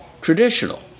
traditional